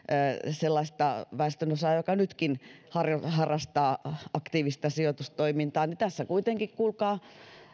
sellaista väestönosaa joka nytkin harrastaa harrastaa aktiivista sijoitustoimintaa tässä kuitenkin kuulkaa